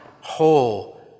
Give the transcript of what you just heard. whole